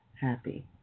Happy